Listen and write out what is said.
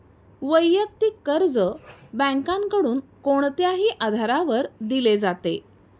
वैयक्तिक कर्ज बँकांकडून कोणत्याही आधारावर दिले जाते